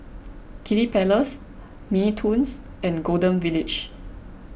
Kiddy Palace Mini Toons and Golden Village